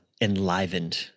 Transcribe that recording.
enlivened